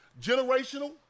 generational